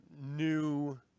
new